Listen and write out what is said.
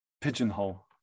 pigeonhole